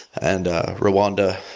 and ah rwanda,